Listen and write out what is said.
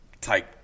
type